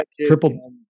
Triple